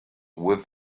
with